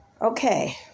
Okay